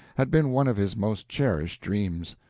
had been one of his most cherished dreams.